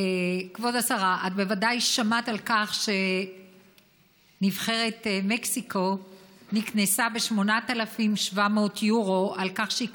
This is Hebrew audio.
את ודאי שמעת שנבחרת מקסיקו נקנסה ב-8,700 יורו על כך שהיא